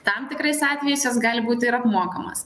tam tikrais atvejais jos gali būti ir apmokamos